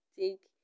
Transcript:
take